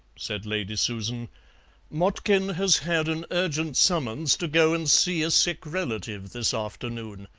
said lady susan motkin has had an urgent summons to go and see a sick relative this afternoon.